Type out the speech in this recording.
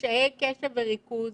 קשיי קשב וריכוז.